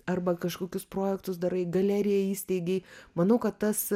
arba kažkokius projektus darai galeriją įsteigei manau kad tas